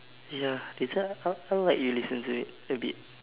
!aiya! later how how about you listen to it a bit